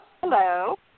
Hello